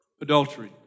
adultery